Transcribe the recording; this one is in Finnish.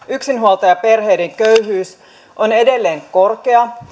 yksinhuoltajaperheiden köyhyys on edelleen korkea